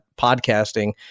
podcasting